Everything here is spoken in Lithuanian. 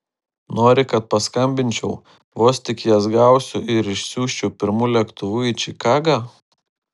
nori kad paskambinčiau vos tik jas gausiu ir išsiųsčiau pirmu lėktuvu į čikagą